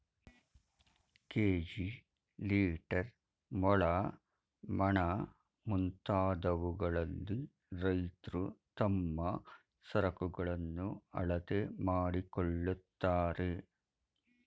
KG, litre, ಮೊಳ, ಮಣ, ಮುಂತಾದವುಗಳಲ್ಲಿ ರೈತ್ರು ತಮ್ಮ ಸರಕುಗಳನ್ನು ಅಳತೆ ಮಾಡಿಕೊಳ್ಳುತ್ತಾರೆ